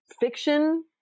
fiction